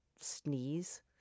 sneeze